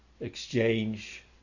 exchange